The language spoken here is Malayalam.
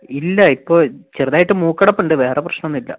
ഇല്ല ഇപ്പം ചെറിതായിട്ട് മൂക്കടപ്പ് ഉണ്ട് വേറെ പ്രശ്നം ഒന്നും ഇല്ല